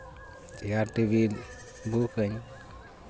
chair table book